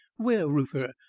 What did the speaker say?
where, reuther?